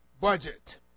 budget